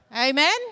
amen